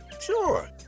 Sure